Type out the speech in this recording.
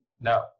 No